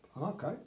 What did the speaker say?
Okay